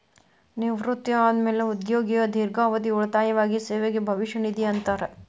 ನಿವೃತ್ತಿ ಆದ್ಮ್ಯಾಲೆ ಉದ್ಯೋಗಿಯ ದೇರ್ಘಾವಧಿ ಉಳಿತಾಯವಾಗಿ ಸೇವೆಗೆ ಭವಿಷ್ಯ ನಿಧಿ ಅಂತಾರ